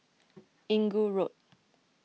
Inggu Road